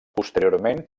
posteriorment